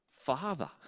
father